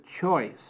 choice